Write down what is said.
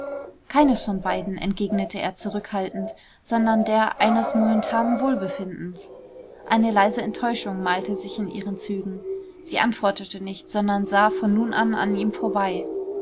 keines von beiden entgegnete er zurückhaltend sondern der eines momentanen wohlbefindens eine leise enttäuschung malte sich in ihren zügen sie antwortete nicht sondern sah von nun an an ihm vorbei